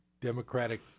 Democratic